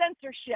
censorship